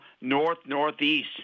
north-northeast